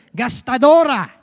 gastadora